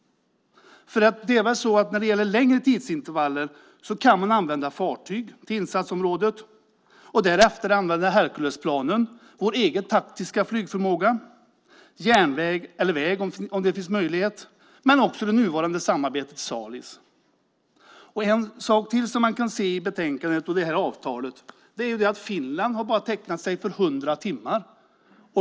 Det är väl så att när det gäller längre tidsintervaller kan man använda fartyg till insatsområdet och därefter använda Herculesplanen, vår egen taktiska flygförmåga, järnväg eller väg, om det finns möjlighet, men också det nuvarande samarbetet Salis. En sak till som man kan se i betänkandet och det här avtalet är att Finland bara har tecknat sig för hundra timmar.